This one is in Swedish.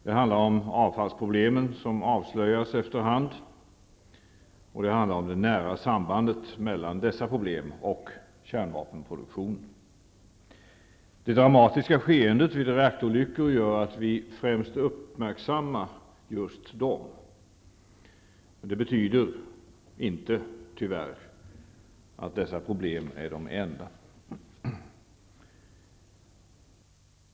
Det handlar om de avfallsproblem som avslöjas efter hand och det nära sambandet mellan dessa problem och kärnvapenproduktionen. Det dramatiska skeendet vid reaktorolyckor gör att vi främst uppmärksammar just dem. Det betyder tyvärr inte att dessa problem är de enda.